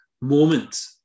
moment